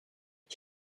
ich